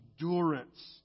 endurance